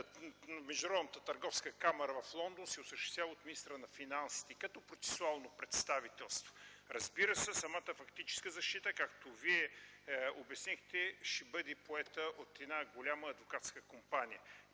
Международната търговска камара в Лондон се осъществява от министъра на финансите като процесуално представителство. Разбира се, физическата защита, както Вие обяснихте, ще бъде поета от голяма адвокатска компания.